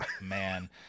man